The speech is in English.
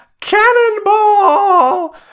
cannonball